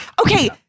Okay